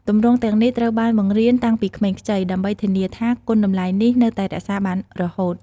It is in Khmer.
ទម្រង់ទាំងនេះត្រូវបានបង្រៀនតាំងពីក្មេងខ្ចី ដើម្បីធានាថាគុណតម្លៃនេះនៅតែរក្សាបានរហូត។